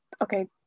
okay